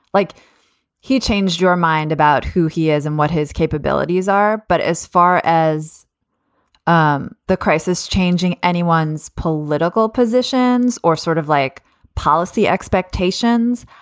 like he changed your mind about who he is and what his capabilities are. but as far as um the crisis changing anyone's political positions or sort of like policy expectations,